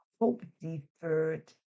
hope-deferred